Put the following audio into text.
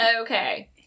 okay